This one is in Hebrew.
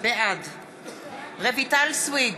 בעד רויטל סויד,